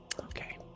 Okay